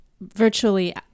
virtually